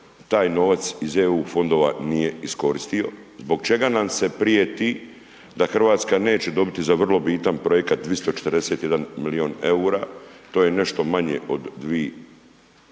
taj novac iz EU fondova nije iskoristio, zbog čega nam se prijeti da RH neće dobiti za vrlo bitan projekat 241 milion EUR-a to je nešto manje od 2,